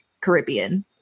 Caribbean